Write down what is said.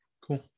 Cool